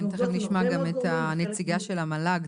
כן ותיכף אנחנו נשמע גם את הנציגה של המל"ג.